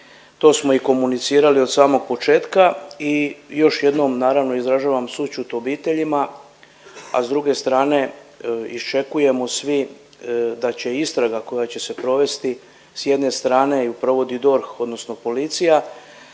To smo i komunicirali od samog početka i još jednom naravno izražavam sućut obiteljima a s druge strane iščekujemo svi da će istraga koja će se provesti s jedne strane i provodi DORH, odnosno policija,